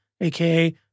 aka